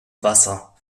wasser